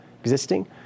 existing